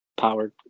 powered